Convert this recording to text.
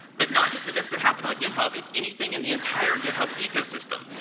but not just events that happen on github it's anything in the entire github ecosystem.